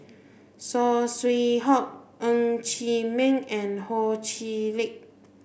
Saw Swee Hock Ng Chee Meng and Ho Chee Lick